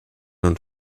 und